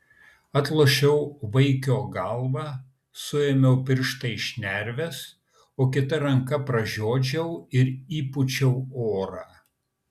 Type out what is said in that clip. atlošiau vaikio galvą suėmiau pirštais šnerves o kita ranka pražiodžiau ir įpūčiau orą